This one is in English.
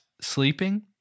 sleeping